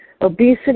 obesity